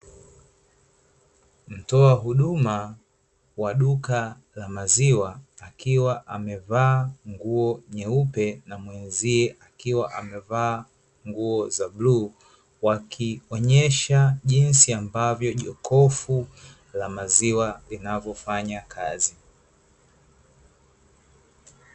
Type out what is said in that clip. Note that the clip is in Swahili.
Mtoa huduma wa duka la maziwa nguo nyeupe na mwenzie akiwa amevaa nguo za bluu, wakionyesha jinsi ambavyo jokofu la maziwa linavyofanya kazi.